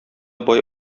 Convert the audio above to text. бай